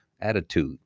attitude